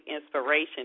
inspiration